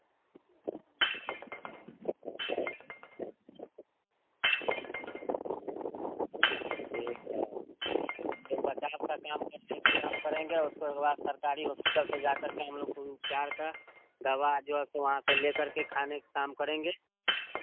ठीक है जो प्रताप का काम करने का काम करेंगे उसके बाद सरकारी हॉस्पिटल से जाकर के हम लोग उपचार का दवा जो है वहाँ से लेकर के खाने का काम करेंगे